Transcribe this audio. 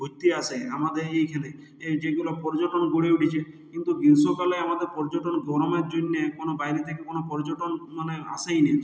ঘুরতে আসে আমাদের এইখানে এই যেগুলো পর্যটন গড়ে উঠেছে কিন্তু গ্রীষ্মকালে আমাদের পর্যটন ঘোরানোর জন্যে কোনো বাইরে থেকে কোনো পর্যটন মানে আসেই না